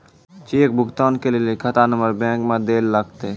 cheque भुगतान के लेली खाता नंबर बैंक मे दैल लागतै